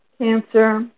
cancer